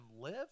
live